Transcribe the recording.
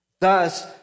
Thus